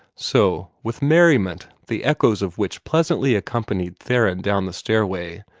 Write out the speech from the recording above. so, with merriment the echoes of which pleasantly accompanied theron down the stairway,